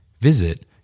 Visit